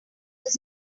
this